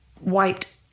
wiped